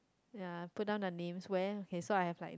ya put down their name where okay so I have like